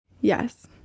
Yes